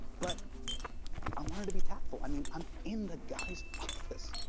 but i wanted to be tactful, i mean, i'm in the guy's office.